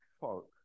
folk